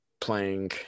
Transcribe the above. playing